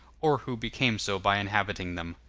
or who became so by inhabiting them.